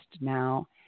now